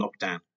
lockdown